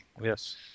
Yes